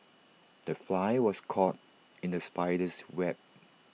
the fly was caught in the spider's web